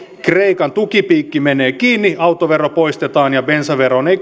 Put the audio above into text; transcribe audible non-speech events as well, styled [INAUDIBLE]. kreikan tukipiikki menee kiinni autovero poistetaan bensaveroon ei [UNINTELLIGIBLE]